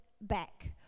back